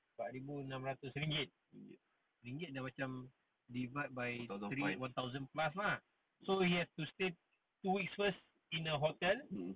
ringgit